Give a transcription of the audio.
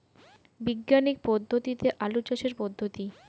বিজ্ঞানিক পদ্ধতিতে আলু চাষের পদ্ধতি?